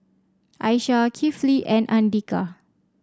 Aishah Kifli and Andika